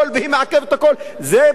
זה, במקום לקדם,